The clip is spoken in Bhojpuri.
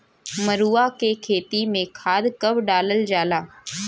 मरुआ के खेती में खाद कब डालल जाला?